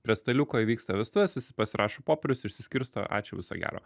prie staliuko įvyksta vestuvės visi pasirašo popierius išsiskirsto ačiū viso gero